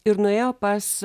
ir nuėjo pas